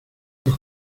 los